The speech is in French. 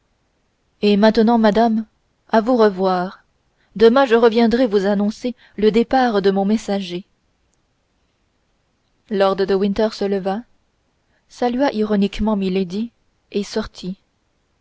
et maintenant madame à vous revoir demain je viendrai vous annoncer le départ de mon messager lord de winter se leva salua ironiquement milady et sortit